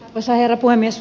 arvoisa herra puhemies